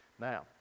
Now